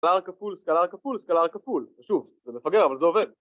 סקלר כפול, סקלר כפול, סקלר כפול, שוב זה מפגר אבל זה עובד